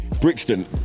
Brixton